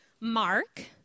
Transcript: Mark